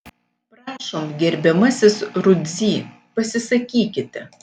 prašom gerbiamasis rudzy pasisakykite